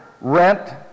rent